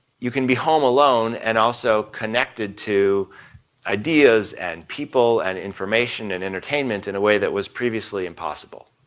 you can be home alone and also connected to ideas and people and information and entertainment in a way that was previously impossible.